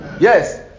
yes